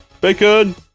Bacon